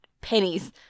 pennies